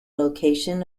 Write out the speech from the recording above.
location